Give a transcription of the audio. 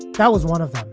that was one of them.